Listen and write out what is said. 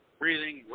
breathing